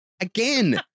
Again